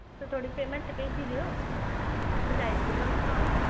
ते थोह्ड़ी पेमैंट भेज्जी देओ पज़ाई देगे थुआढ़ा समान